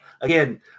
again